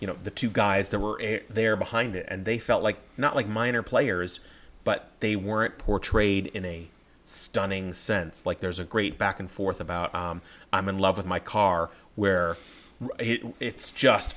you know the two guys that were there behind it and they felt like not like minor players but they weren't portrayed in a stunning sense like there's a great back and forth about i'm in love with my car where it's just